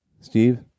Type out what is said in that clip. Steve